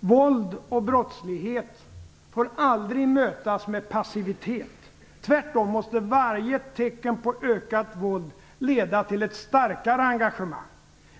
Våld och brottslighet får aldrig mötas med passivitet. Tvärtom måste varje tecken på ökat våld leda till ett starkare engagemang.